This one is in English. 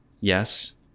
yes